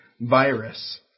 virus